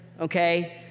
okay